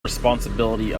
responsibility